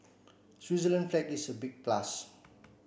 Switzerland's flag is a big plus